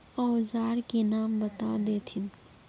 औजार के नाम बता देथिन?